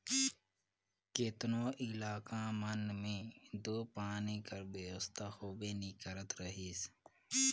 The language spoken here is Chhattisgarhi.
केतनो इलाका मन मे दो पानी कर बेवस्था होबे नी करत रहिस